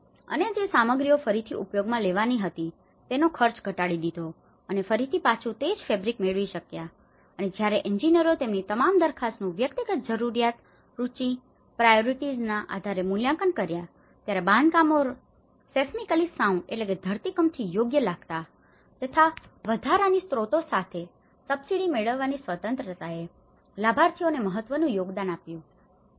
અને જે સામગ્રીઓ ફરીથી ઉપયોગમાં લેવામાં આવી હતી તેનો ખર્ચ ઘટાડી દીધો અને ફરીથી પાછું તે જ ફેબ્રિક મેળવી શક્યા અને જ્યારે એન્જિનિયરો તેમની તમામ દરખાસ્તોનું વ્યક્તિગત જરૂરિયાતો રુચિઓ અને પ્રાયોરિટીઝના priorities અગ્રતા આધારે મૂલ્યાંકન કરી રહ્યા હતા ત્યારે તમામ બાંધકામો સેસ્મીકલી સાઉન્ડ seismically sound ધરતીકંપથી યોગ્ય લાગતાં હતા તથા વધારાની સ્રોતો સાથે સબસિડી મેળવવાની સ્વતંત્રતાએ લાભાર્થીઓને મહત્વનું યોગદાન આપ્યું હતું